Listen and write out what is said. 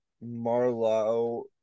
Marlow